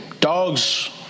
Dogs